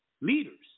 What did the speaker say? leaders